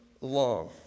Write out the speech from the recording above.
long